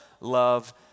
love